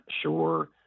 sure